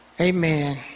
Amen